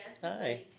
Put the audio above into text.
Hi